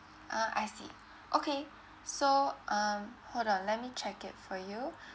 ah I see okay so um hold on let me check it for you